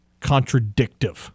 contradictive